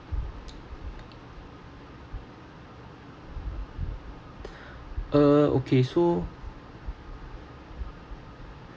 uh okay so